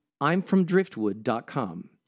I'mFromDriftwood.com